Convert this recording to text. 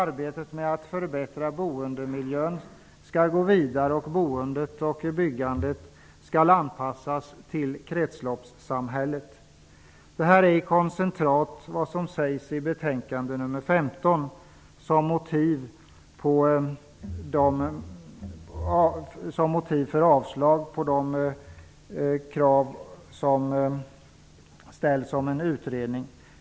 Arbetet med att förbättra boendemiljön skall gå vidare, och boendet och byggandet skall anpassas till kretsloppssamhället. Det är i koncentrat vad som sägs i betänkande nr 15 som motiv för avslag på de krav som ställs på en utredning.